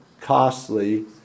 costly